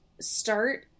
start